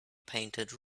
painted